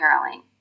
Caroling